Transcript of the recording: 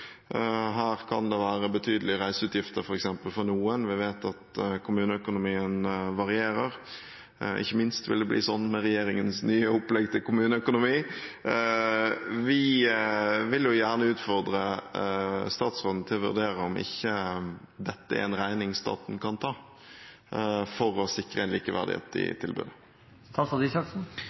Her kan det f.eks. være betydelige reiseutgifter for noen. Vi vet at kommuneøkonomien varierer. Ikke minst vil det bli sånn med regjeringens nye opplegg til kommuneøkonomi. Vi vil gjerne utfordre statsråden til å vurdere om ikke dette er en regning staten kan ta for å sikre likeverdighet i tilbudet.